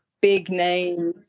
big-name